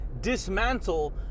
dismantle